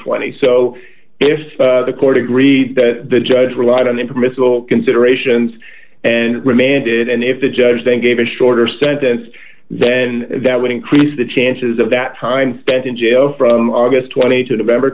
twenty so if the court agreed that the judge relied on the permissible considerations and remanded and if the judge then gave a shorter sentence then that would increase the chances of that time spent in jail from august twenty two november